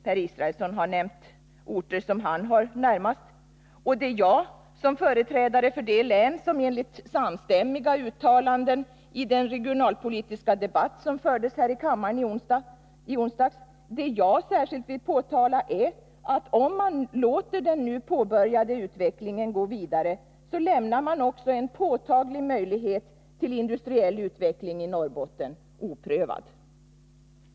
Per Israelsson har nämnt orter som ligger honom närmast, och det jag, som företrädare för ett län som enligt samstämmiga uttalanden i onsdagens regionalpolitiska debatt har de största problemen, främst vill påtala är att om man låter den nu påbörjade utvecklingen gå vidare, så lämnar man också en påtaglig möjlighet till industriell utveckling i Norrbotten oprövad.